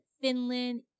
Finland